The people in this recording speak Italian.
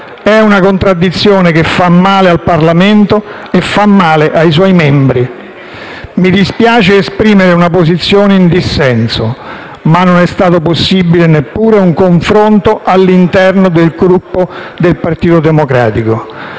È una contraddizione che fa male al Parlamento e ai suoi membri. Mi dispiace esprimere una posizione in dissenso, ma non è stato possibile neppure un confronto all'interno del Gruppo del Partito Democratico.